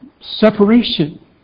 separation